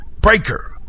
Breaker